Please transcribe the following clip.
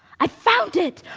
i found it!